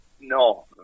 No